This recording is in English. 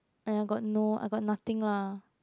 and I got no I got nothing lah